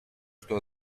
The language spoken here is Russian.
что